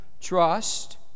Trust